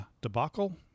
debacle